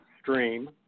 stream